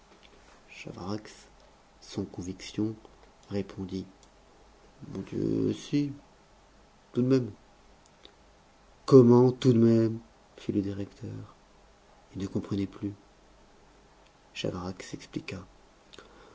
chavarax sans conviction répondit mon dieu si tout de même comment tout de même fit le directeur il ne comprenait plus chavarax s'expliqua